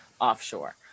offshore